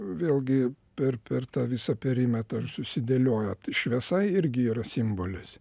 vėlgi per per visą perimetrą ir susidėlioja šviesa irgi yra simbolis